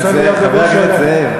חבר הכנסת זאב,